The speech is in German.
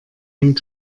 hängt